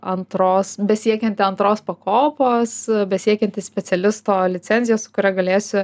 antros besiekianti antros pakopos besiekianti specialisto licenzijos su kuria galėsiu